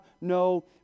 no